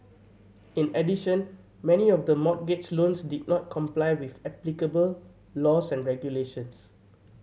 in addition many of the mortgage loans did not comply with applicable laws and regulations